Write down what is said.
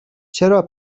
چرا